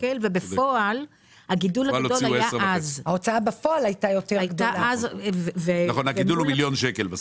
בפועל הוציאו 10.5. הגידול הוא מיליון שקל בסוף.